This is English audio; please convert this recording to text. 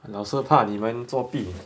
老师怕你们作弊